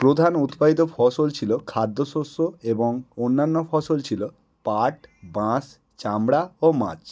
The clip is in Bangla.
প্রধান উৎপাদিত ফসল ছিলো খাদ্য শস্য এবং অন্যান্য ফসল ছিলো পাট বাঁশ চামড়া ও মাছ